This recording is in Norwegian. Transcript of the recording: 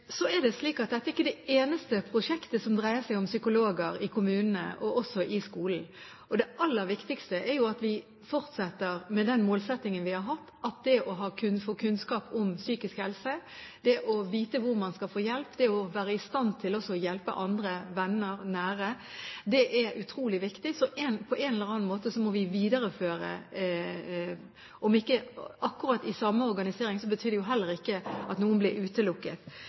skolen. Det aller viktigste er jo at vi fortsetter med den målsettingen vi har hatt, at det å få kunnskap om psykisk helse, det å vite hvor man kan få hjelp, og det å være i stand til også å hjelpe andre, venner og nære, er utrolig viktig. På en eller annen måte må vi videreføre dette, om ikke akkurat med samme organisering, men det betyr jo heller ikke at noen blir utelukket.